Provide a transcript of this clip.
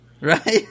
right